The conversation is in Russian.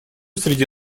среди